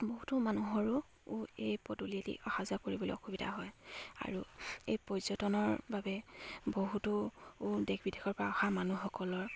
বহুতো মানুহৰো এই পদূলিয়েদি অহা যোৱা কৰিবলৈ অসুবিধা হয় আৰু এই পৰ্যটনৰ বাবে বহুতো দেশ বিদেশৰ পৰা অহা মানুহসকলৰ